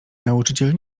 nauczyciel